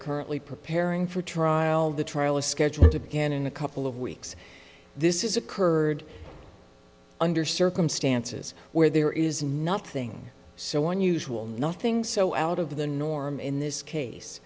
currently preparing for trial the trial is scheduled to begin in a couple of weeks this is occurred under circumstances where there is nothing so unusual nothing so out of the norm in this case